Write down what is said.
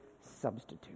substitute